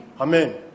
Amen